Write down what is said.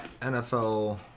NFL